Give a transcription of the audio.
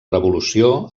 revolució